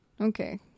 Okay